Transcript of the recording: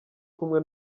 kumwe